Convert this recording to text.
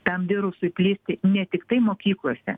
tam virusui plisti ne tiktai mokyklose